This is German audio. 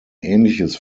ähnliches